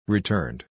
Returned